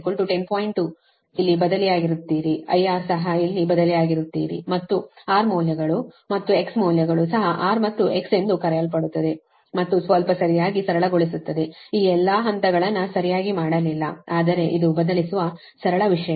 2 ಇಲ್ಲಿ ಬದಲಿಯಾಗಿರುತ್ತೀರಿ IR ಸಹ ಇಲ್ಲಿ ಬದಲಿಯಾಗಿರುತ್ತೀರಿ ಮತ್ತು R ಮೌಲ್ಯಗಳು ಮತ್ತು X ಮೌಲ್ಯಗಳು ಸಹ R ಮತ್ತು X ಎಂದು ಕರೆಯಲ್ಪಡುತ್ತವೆ ಮತ್ತು ಸ್ವಲ್ಪ ಸರಿಯಾಗಿ ಸರಳಗೊಳಿಸುತ್ತದೆ ಈ ಎಲ್ಲಾ ಹಂತಗಳನ್ನು ಸರಿಯಾಗಿ ಮಾಡಲಿಲ್ಲ ಆದರೆ ಇದು ಬದಲಿಸುವ ಸರಳ ವಿಷಯಗಳು